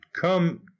come